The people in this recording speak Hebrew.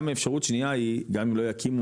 גם אפשרות שנייה היא גם אם לא יקימו